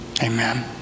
Amen